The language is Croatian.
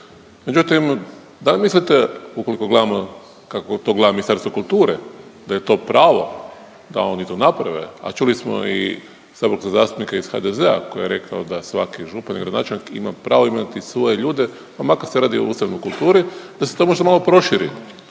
Međutim, da li mislite ukoliko gledamo kako to gleda Ministarstvo kulture da je to pravo da oni to naprave, a čuli smo i saborskog zastupnika iz HDZ-a koji je rekao da svaki župan i gradonačelnik ima pravo imenovati svoje ljude pa makar se radi o …/Govornik se ne razumije./… u kulturi da se to možda malo proširi.